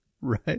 Right